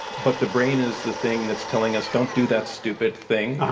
but the brain is the thing that's telling us, don't do that stupid thing.